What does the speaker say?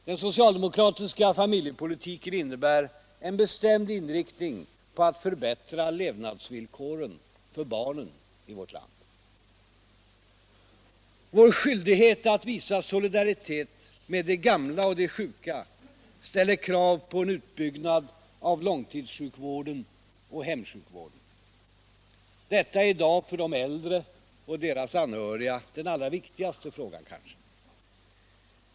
Den socialdemokratiska familjepolitiken innebär en bestämd inriktning på att förbättra levnadsvillkoren för barnen i vårt land. Vår skyldighet att visa solidaritet med de gamla och sjuka ställer krav på en utbyggnad av långtidssjukvården och hemsjukvården. Detta är i dag för de äldre och deras anhöriga den kanske allra viktigaste frågan.